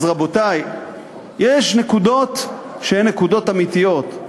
אז, רבותי, יש נקודות שהן נקודות אמיתיות.